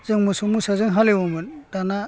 जों मोसौ मोसाजों हालेवोमोन दाना